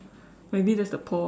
maybe that's the paw ah